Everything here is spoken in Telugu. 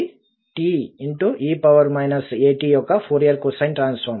అది te at యొక్క ఫోరియర్ కొసైన్ ట్రాన్సఫార్మ్